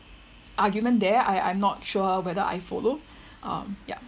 argument there I I'm not sure whether I follow um ya